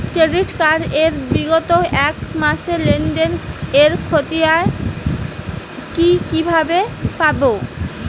Credit card এর বিগত এক মাসের লেনদেন এর ক্ষতিয়ান কি কিভাবে পাব?